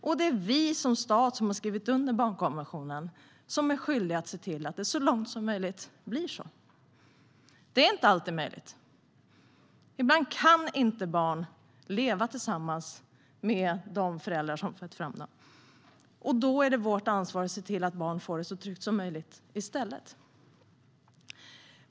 Och det är vi som stat, som har skrivit under barnkonventionen, som är skyldiga att se till att det så långt som möjligt blir så. Det är inte alltid möjligt. Ibland kan barn inte leva tillsammans med sina föräldrar, och då är det vårt ansvar att se till att barn får det så tryggt som möjligt.